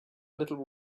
little